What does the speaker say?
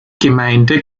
gemeinde